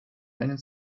einen